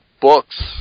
books